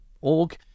org